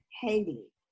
Haiti